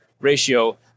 ratio